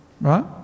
right